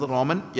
Roman